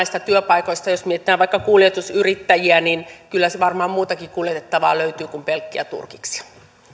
osassa näistä työpaikoista jos mietitään vaikka kuljetusyrittäjiä kyllä varmaan muutakin kuljetettavaa löytyy kuin pelkkiä turkiksia